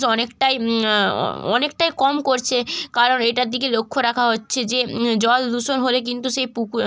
অনেকটাই অনেকটাই কম করছে কারণ এটার দিকে লক্ষ্য রাখা হচ্চে যে জলদূষণ হলে কিন্তু সেই পুকুর